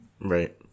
Right